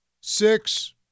six